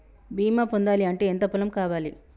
బీమా పొందాలి అంటే ఎంత పొలం కావాలి?